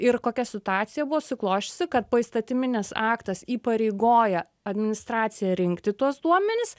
ir kokia situacija buvo susiklosčiusi kad poįstatyminis aktas įpareigoja administraciją rinkti tuos duomenis